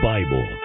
Bible